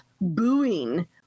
booing